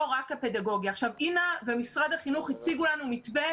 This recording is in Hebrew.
אינה ומשרד החינוך הציגו לנו מתווה,